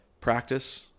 practice